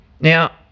Now